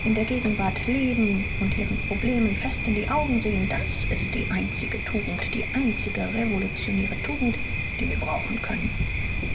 in der gegenwart leben und ihren problemen fest in die augen sehen das ist die einzige tugend die einzige revolutionäre tugend die wir brauchen können